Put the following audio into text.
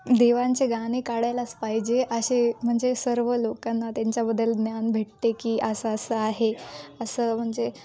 देवांचे गाणे काढायलाच पाहिजे असे म्हणजे सर्व लोकांना त्यांच्याबद्दल ज्ञान भेटते की असं असं असं आहे असं म्हणजे